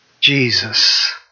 Jesus